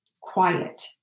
quiet